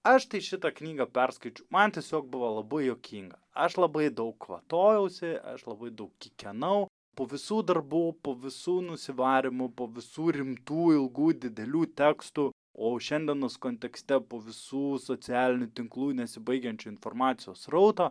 aš tai šitą knygą perskaičiau man tiesiog buvo labai juokinga aš labai daug kvatojausi aš labai daug kikenau po visų darbų po visų nusivarymų po visų rimtų ilgų didelių tekstų o šiandienos kontekste visų socialinių tinklų nesibaigiančio informacijos srauto